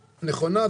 נכונה,